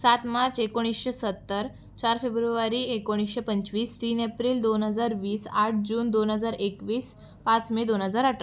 सात मार्च एकोणीसशे सत्तर चार फेब्रुवारी एकोणीसशे पंचवीस तीन एप्रिल दोन हजार वीस आठ जून दोन हजार एकवीस पाच मे दोन हजार अठरा